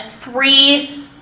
three